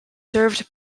served